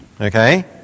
Okay